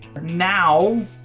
Now